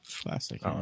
Classic